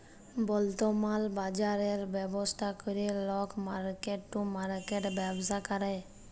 বর্তমাল বাজরের ব্যবস্থা ক্যরে লক মার্কেট টু মার্কেট ব্যবসা ক্যরে